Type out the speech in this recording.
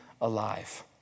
alive